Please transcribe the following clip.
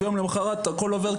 אבל יום למחרת הכול עובר,